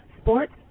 Sports